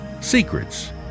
secrets